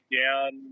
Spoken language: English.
down